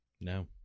No